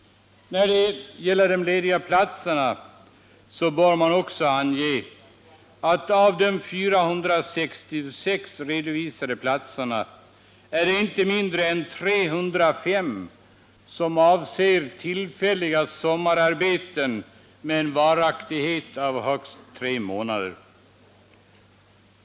När det gäller de lediga platserna bör också anges att av de 466 redovisade lediga platserna avser inte mindre än 305 tillfälliga sommararbeten med en varaktighet av ca tre månader.